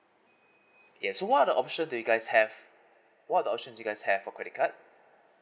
yes so what are the options do you guys have what the options you guys have for credit card